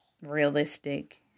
realistic